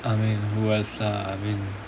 I mean who else uh I mean